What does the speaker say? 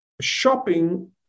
shopping